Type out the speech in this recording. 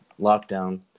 lockdown